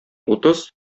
утыз